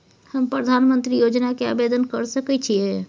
हम प्रधानमंत्री योजना के आवेदन कर सके छीये?